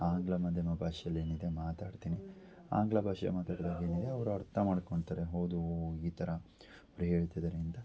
ಆಂಗ್ಲ ಮಾಧ್ಯಮ ಭಾಷೆಲಿ ಏನಿದೆ ಮಾತಾಡ್ತೀನಿ ಆಂಗ್ಲ ಭಾಷೆ ಮಾತಾಡ್ದಾಗ ಏನಿದೆ ಅವರು ಅರ್ಥ ಮಾಡ್ಕೊತಾರೆ ಹೌದು ಈ ಥರ ಅವರು ಹೇಳ್ತಿದ್ದಾರೆ ಅಂತ